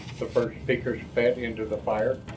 the first speaker spat into the fire.